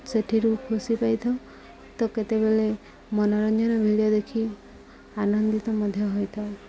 ସେଥିରୁ ଖୁସି ପାଇଥାଉ ତ କେତେବେଳେ ମନୋରଞ୍ଜନ ଭିଡ଼ିଓ ଦେଖି ଆନନ୍ଦିତ ମଧ୍ୟ ହୋଇଥାଉ